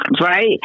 right